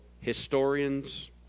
historians